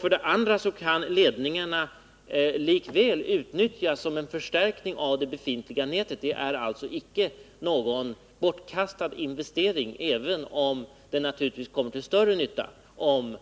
För det andra kan ledningarna likväl utnyttjas som en förstärkning av det befintliga nätet. Det är alltså inte någon bortkastad investering, även om den naturligtvis kommer till större nytta om